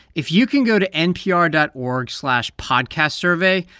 if you can go to npr dot org slash podcastsurvey,